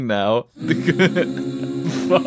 now